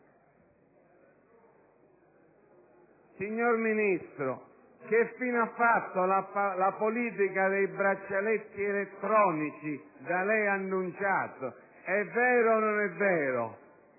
Signor Ministro, che fine ha fatto la politica dei braccialetti elettronici da lei annunciata? È vero o non è vero